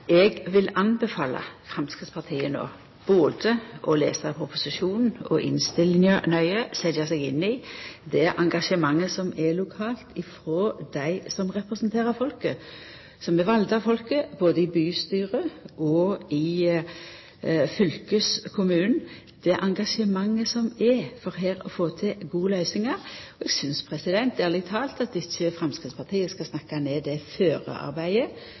Eg vil anbefala Framstegspartiet å lesa både proposisjonen og innstillinga nøye og setja seg inn i det engasjementet som er lokalt hos dei som representerer folket, som er valde av folket, både i bystyret og i fylkeskommunen – det engasjementet som der er for å få til gode løysingar. Eg synest ærleg talt at Framstegspartiet ikkje skal snakka ned det førearbeidet